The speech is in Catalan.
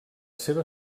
seva